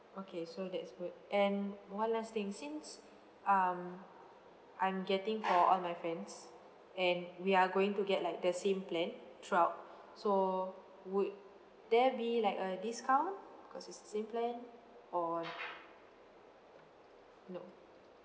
okay so that's good and one last thing since um I'm getting for all my friends and we are going to get like the same plan throughout so would there be like a discount cause it's the same plan or no